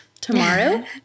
tomorrow